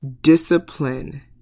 Discipline